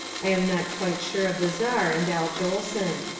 i am not quite sure of the czar and al jolson.